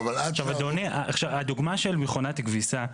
עכשיו, אדוני, הדוגמא של מכונת כביסה,